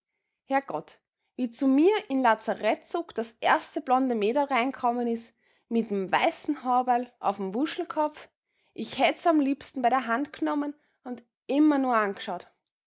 herrgott wie zu mir in lazarettzug das erste blonde mäderl reinkommen is mit m weißen häuberl auf'm wuschelkopf ich hätt's am liebsten bei der hand g'nommen und immer nur ang'schaut